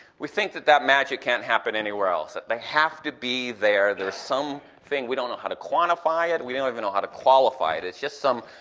we think that that magic can't happen anywhere else. they have to be there there's some thing we don't know how to quantify it, we we don't even know how to qualify it, it's just some,